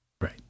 Right